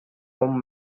home